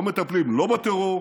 לא מטפלים לא בטרור,